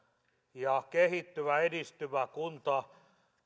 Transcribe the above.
ja kehittyvä edistyvä kunta